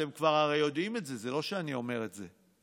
אתם כבר הרי יודעים את זה, זה לא שאני אומר את זה.